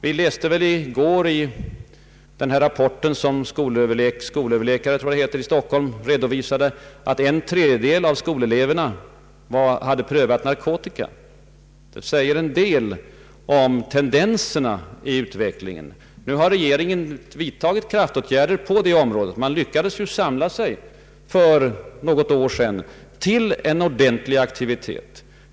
Vi kunde i går läsa i den rapport som skolöverläkaren i Stockholm redovisade att en tredjedel av eleverna hade prövat narkotika. Det säger en del om tendenserna i utvecklingen. Nu har regeringen vidtagit kraftåtgärder på det området. Man lyckades ju för något år sedan samla sig till en ordentlig aktivitet.